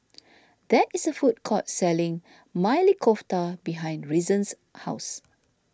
there is a food court selling Maili Kofta behind Reason's house